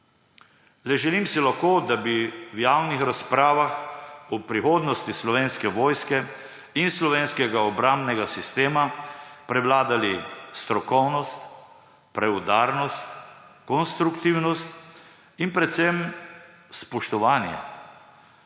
Le želim si lahko, da bi v javnih razpravah o prihodnosti Slovenske vojske in slovenskega obrambnega sistema prevladali strokovnost, preudarnost, konstruktivnost in predvsem spoštovanje;